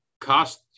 cost